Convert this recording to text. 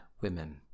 women